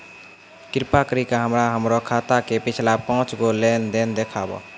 कृपा करि के हमरा हमरो खाता के पिछलका पांच गो लेन देन देखाबो